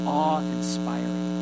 awe-inspiring